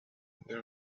the